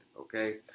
Okay